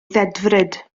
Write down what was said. ddedfryd